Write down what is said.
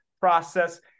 process